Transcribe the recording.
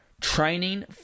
training